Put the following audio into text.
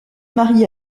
marié